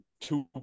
two